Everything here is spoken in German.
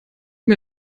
mir